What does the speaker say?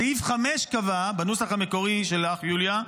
סעיף 5 קבע בנוסח המקורי שלך, יוליה,